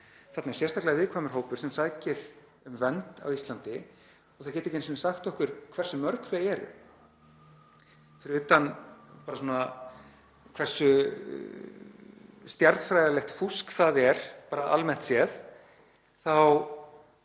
Þarna er sérstaklega viðkvæmur hópur sem sækir um vernd á Íslandi og þeir geta ekki einu sinni sagt okkur hversu mörg þau eru. Fyrir utan bara hversu stjarnfræðilegt fúsk það er almennt séð þá